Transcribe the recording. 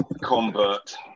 convert